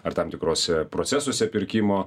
ar tam tikruose procesuose pirkimo